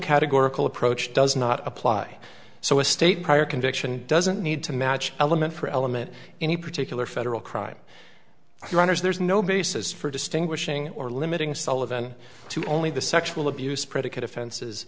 categorical approach does not apply so a state prior conviction doesn't need to match element for element any particular federal crime writers there's no basis for distinguishing or limiting sullivan to only the sexual abuse predicate offenses